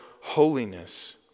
holiness